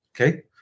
okay